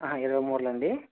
ఇరవై మూరలా అండి